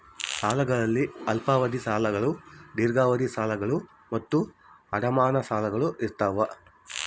ಸಾಲಗಳಲ್ಲಿ ಅಲ್ಪಾವಧಿಯ ಸಾಲಗಳು ದೀರ್ಘಾವಧಿಯ ಸಾಲಗಳು ಮತ್ತು ಅಡಮಾನ ಸಾಲಗಳು ಇರ್ತಾವ